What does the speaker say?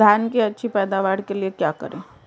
धान की अच्छी पैदावार के लिए क्या करें?